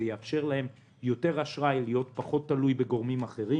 זה יאפשר להם יותר אשראי ולהיות פחות תלוי בגורמים אחרים.